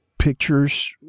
Pictures